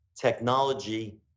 technology